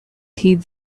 heed